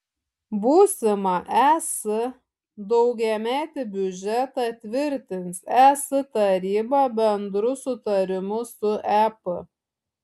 būsimą es daugiametį biudžetą tvirtins es taryba bendru sutarimu su ep